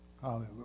Hallelujah